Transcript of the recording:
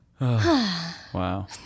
Wow